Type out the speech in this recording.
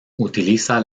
utiliza